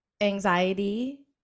anxiety